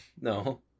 No